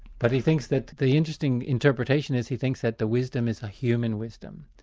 but he thinks that the interesting interpretation is. he thinks that the wisdom is a human wisdom.